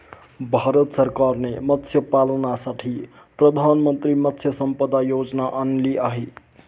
भारत सरकारने मत्स्यपालनासाठी प्रधानमंत्री मत्स्य संपदा योजना आणली आहे